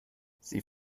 sie